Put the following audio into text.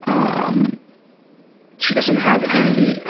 um um she doesn't have any, ah,